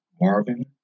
Marvin